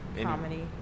comedy